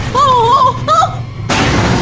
oh,